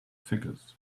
figures